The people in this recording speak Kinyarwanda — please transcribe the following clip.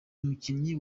mukinnyi